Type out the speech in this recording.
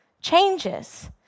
changes